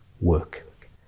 work